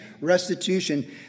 restitution